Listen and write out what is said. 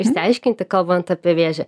išsiaiškinti kalbant apie vėžį